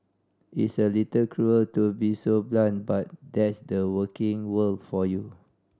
it's a little cruel to be so blunt but that's the working world for you